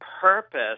purpose